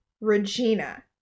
Regina